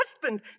husband